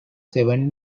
seven